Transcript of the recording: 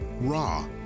raw